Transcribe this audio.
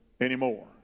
anymore